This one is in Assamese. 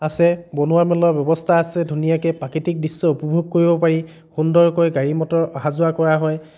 আছে বনোৱা মেলোৱা ব্যৱস্থা আছে ধুনীয়াকৈ প্ৰাকৃতিক দৃশ্য উপভোগ কৰিব পাৰি সুন্দৰকৈ গাড়ী মটৰ আহা যোৱা কৰা হয়